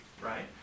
right